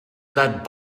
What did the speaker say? that